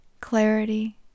clarity